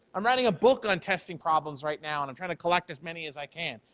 i'm writing a book on testing problems right now and i'm trying to collect as many as i can.